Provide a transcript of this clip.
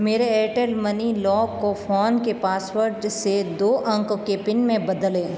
मेरे Airtel money lock को phone के पासवर्ड से दो अंक के पिन में बदलें